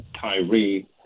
Tyree